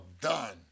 done